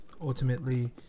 ultimately